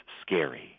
scary